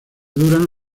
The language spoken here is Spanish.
duran